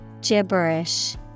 Gibberish